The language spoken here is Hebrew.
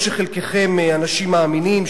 אף שחלקכם אנשים מאמינים,